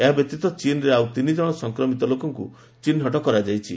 ଏହା ବ୍ୟତୀତ ଚୀନରେ ଆଉ ତିନିଜଣ ସଂକ୍ରମିତ ଲୋକଙ୍କୁ ଚିହ୍ନଟ କରାଯାଇଛି